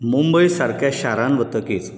मुंबय सारक्या शारांत वतकच